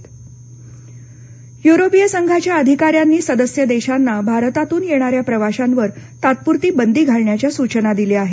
प्रवास बंदी युरोपीय संघाच्या अधिकाऱ्यांनी सदस्य देशांना भारतातून येणाऱ्या प्रवाशांवर तात्पुरती बंदी घालण्याच्या सूचना दिल्या आहेत